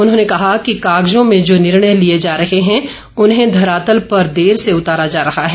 उन्होंने कहा कि कागजो में जो निर्णय लिए जा रहे हैं उन्हें धरातल पर देर से उतारा जा रहा है